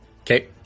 Okay